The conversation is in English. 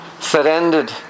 surrendered